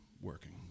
Working